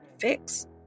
fix